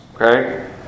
okay